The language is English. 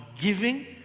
giving